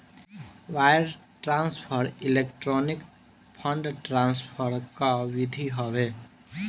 wire transfer electronic fund transfer कअ विधि हवे